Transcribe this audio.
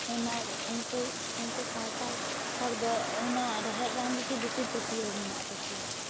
ᱚᱱᱟ ᱩᱠᱩ ᱩᱝᱠᱩ ᱥᱟᱱᱛᱟᱞ ᱦᱚᱲ ᱫᱚ ᱚᱱᱟ ᱨᱮᱦᱮᱫ ᱨᱟᱱ ᱨᱮᱜᱤ ᱵᱮᱥᱤ ᱯᱟ ᱛᱤᱭᱟ ᱣ ᱢᱮᱱᱟᱜ ᱛᱟᱠᱚᱣᱟ